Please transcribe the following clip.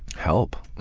help.